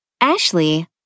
Ashley